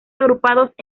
agrupados